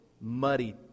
muddy